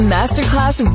Masterclass